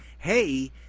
hey